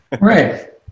Right